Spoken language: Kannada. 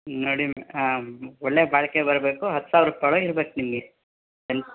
ನೋಡಿ ಒಳ್ಳೆ ಬಾಳಿಕೆ ಬರಬೇಕು ಹತ್ತು ಸಾವಿರ ರೂಪಾಯಿ ಒಳಗೆ ಇರ್ಬೇಕು ನಿಮಗೆ